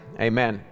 amen